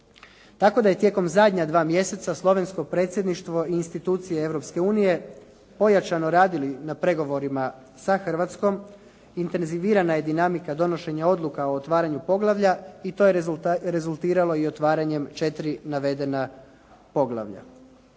tako da je tijekom zadnja dva mjeseca slovensko predsjedništvo i institucije Europske unije pojačano radili na pregovorima sa Hrvatskom. Intenzivirana je dinamika donošenja odluka o otvaranju poglavlja i to je rezultiralo i otvaranjem 4 navedena poglavlja.